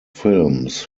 films